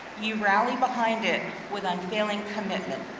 you rally behind it with unfailing commitment.